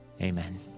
Amen